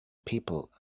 people